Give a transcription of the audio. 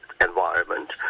environment